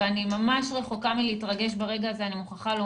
ואני מוכרחה לומר לך שאני ממש רחוקה מלהתרגש ברגע הזה.